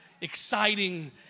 exciting